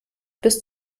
bis